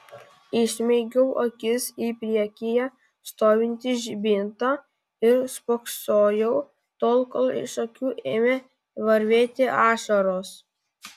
įsmeigiau akis į priekyje stovintį žibintą ir spoksojau tol kol iš akių ėmė varvėti ašaros